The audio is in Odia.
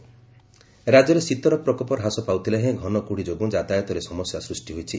ପାଣିପାଗ ରାକ୍ୟରେ ଶୀତର ପ୍ରକୋପ ହ୍ରାସ ପାଉଥିଲେ ହେଁ ଘନ କୁହୁଡି ଯୋଗୁଁ ଯାତାୟାତରେ ସମସ୍ୟା ସୂଷ୍ ହୋଇଛି